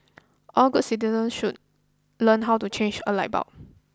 all good citizens should learn how to change a light bulb